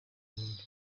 burundu